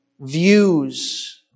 views